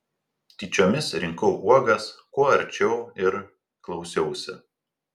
tyčiomis rinkau uogas kuo arčiau ir klausiausi